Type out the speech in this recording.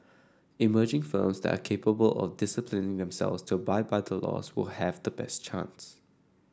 emerging firms that are capable of disciplining themselves to abide by the laws will have the best chance